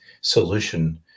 solution